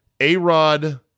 A-Rod